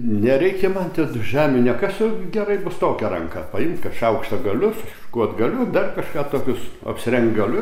nereikia man ten žemių nekasiu gerai bus tokia ranka paimt kad šaukštą galiu susišukuot galiu dar kažką tokius apsirengt galiu